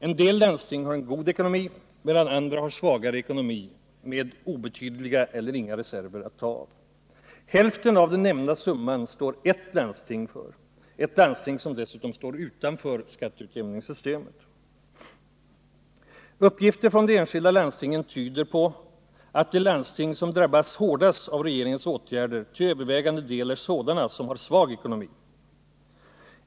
En del landsting har en god ekonomi, medan andra har svagare ekonomi med obetydliga eller inga reserver att ta av. Hälften av den nämnda summan står eft landsting för, ett landsting som dessutom står utanför skatteutjämningssystemet. Uppgifter från de enskilda landstingen tyder på att de landsting som drabbas hårdast av regeringens åtgärder till övervägande del är sådana som har svag ekonomi.